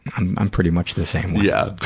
i'm i'm pretty much the same way. yeah.